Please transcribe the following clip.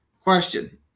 Question